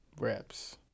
reps